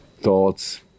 thoughts